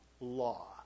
law